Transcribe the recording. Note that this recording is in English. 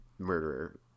murderer